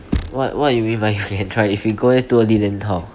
what what you mean by you can try if you go there too early then how